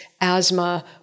asthma